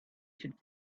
should